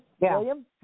William